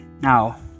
now